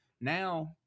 Now